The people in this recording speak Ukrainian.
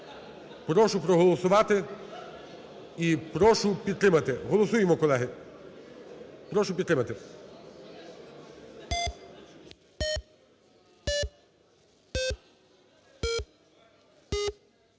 Прошу проголосувати і прошу підтримати. Голосуємо, колеги. Прошу підтримати.